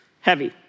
heavy